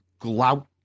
glout